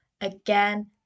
again